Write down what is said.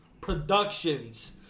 Productions